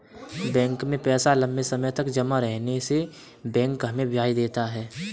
bank में पैसा लम्बे समय तक जमा रहने से बैंक हमें ब्याज देता है